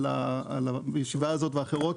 על הישיבה הזאת ואחרות,